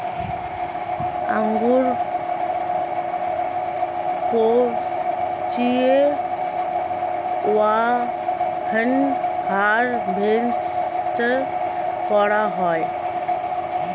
আঙ্গুর পচিয়ে wine harvest করা হয়